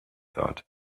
thought